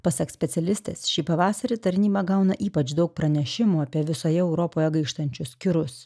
pasak specialistės šį pavasarį tarnyba gauna ypač daug pranešimų apie visoje europoje gaištančius kirus